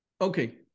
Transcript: okay